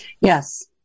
Yes